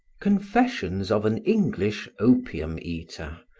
confessions of an english opium-eater,